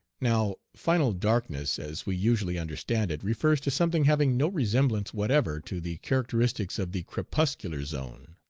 now final darkness, as we usually understand it, refers to something having no resemblance whatever to the characteristics of the crepuscular zone.